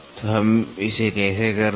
तो हम इसे कैसे करते हैं